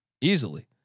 easily